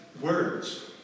words